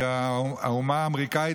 שהאומה האמריקאית,